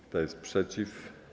Kto jest przeciw?